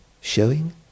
showing